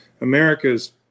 America's